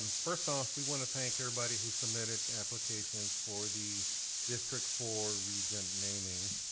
um first off, we wanna thank everybody who submitted applications for the district four regent naming.